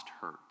hurt